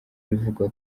bivugwa